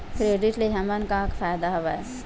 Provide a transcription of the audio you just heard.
Credit ले हमन का का फ़ायदा हवय?